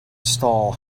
stall